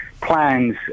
plans